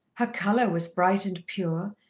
her colour was bright and pure,